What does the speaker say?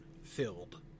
Filled